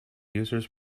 users